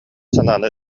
санааны